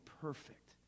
perfect